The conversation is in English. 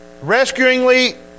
rescuingly